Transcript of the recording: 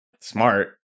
smart